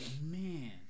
Man